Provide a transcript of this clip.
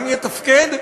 גם יתפקד,